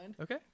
Okay